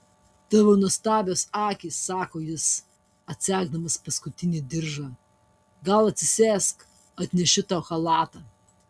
tavo nuostabios akys sako jis atsegdamas paskutinį diržą gal atsisėsk atnešiu tau chalatą